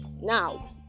Now